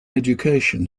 education